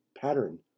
pattern